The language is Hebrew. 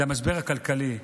היא המשבר הכלכלי.